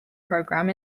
program